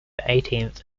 eighteenth